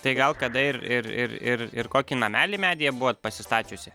tai gal kada ir ir ir ir ir kokį namelį medyje buvot pasistačiusi